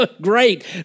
great